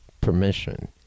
permission